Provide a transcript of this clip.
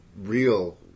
real